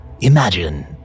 Imagine